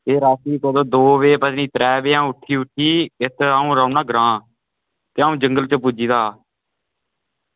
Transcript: एह् राती दो बजे पता निं त्रै बजे अ'ऊं उट्ठी उट्ठी इत्त अं'ऊ रौह्ना ग्रां ते अ'ऊं जंगल च पुज्जी गेदा हा